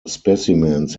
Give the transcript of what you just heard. specimens